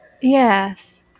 Yes